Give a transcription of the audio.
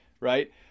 right